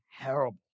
terrible